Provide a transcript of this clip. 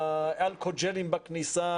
עם האלכוג'לים בכניסה,